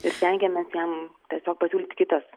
ir stengiamės jam tiesiog pasiūlyt kitas